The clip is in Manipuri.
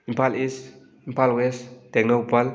Imphal east Imphal west Tengnoupal